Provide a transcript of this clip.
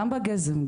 גם בגזם,